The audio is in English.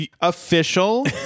Official